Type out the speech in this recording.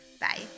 Bye